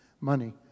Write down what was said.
money